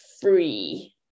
free